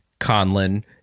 Conlon